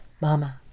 Mama